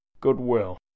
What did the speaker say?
Goodwill